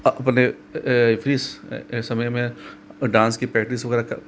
अपने फ़्री समय में डांस की प्रेक्टिस वगैरह कर